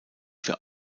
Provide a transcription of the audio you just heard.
für